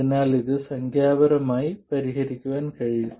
അതിനാൽ ഇത് സംഖ്യാപരമായി പരിഹരിക്കാൻ കഴിയും